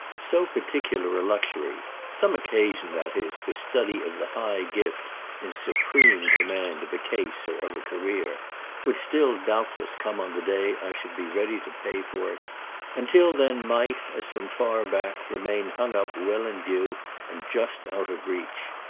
so particular a luxury some occasion, that is, for study of the high gift in supreme command of a case or of a career would still doubtless come on the day i should be ready to pay for it and till then might, as from far back, remain hung up well in view and just out of reach.